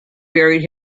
buried